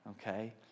okay